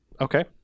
Okay